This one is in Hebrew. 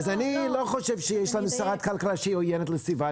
אז אני לא חושב שיש לנו שרת כלכלה שהיא עוינת לסביבה.